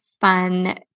fun